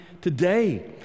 today